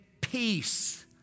peace